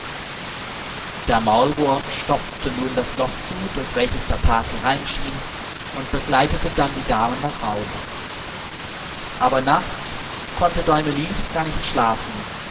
der maulwurf stopfte nun das loch zu durch welches der tag hereinschien und begleitete dann die damen nach hause aber nachts konnte däumelinchen gar nicht schlafen